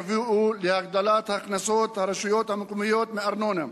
יביאו להגדלת הכנסות הרשויות המקומיות מארנונה,